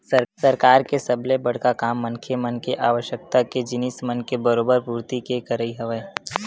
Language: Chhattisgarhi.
सरकार के सबले बड़का काम मनखे मन के आवश्यकता के जिनिस मन के बरोबर पूरति के करई हवय